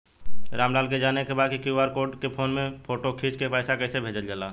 राम लाल के जाने के बा की क्यू.आर कोड के फोन में फोटो खींच के पैसा कैसे भेजे जाला?